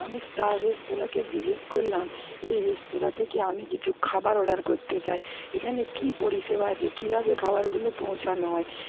আমি স্টার রেস্তোরাঁকে জিজ্ঞেস করলাম এই রেস্তোরাঁ থেকে আমি কিছু খাবার অর্ডার করতে চাই এখানে কি পরিষেবা আছে কীভাবে খাবারগুলো পৌঁছানো হয়